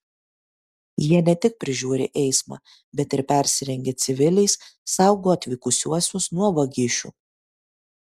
jie ne tik prižiūri eismą bet ir persirengę civiliais saugo atvykusiuosius nuo vagišių